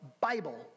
Bible